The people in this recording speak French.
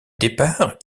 départ